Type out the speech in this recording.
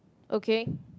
okay